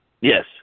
Yes